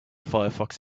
firefox